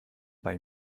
bei